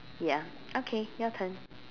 ya okay your turn